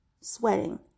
sweating